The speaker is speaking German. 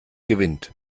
gewinnt